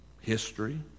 history